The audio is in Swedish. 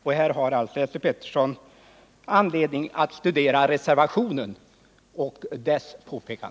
Det finns anledning för Esse Petersson att studera reservationen.